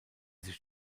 sich